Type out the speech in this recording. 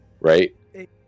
right